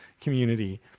community